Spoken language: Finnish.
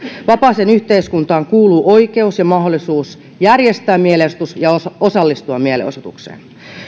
vapaaseen yhteiskuntaan kuuluvat oikeus ja mahdollisuus järjestää mielenosoitus ja osallistua mielenosoitukseen